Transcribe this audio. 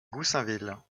goussainville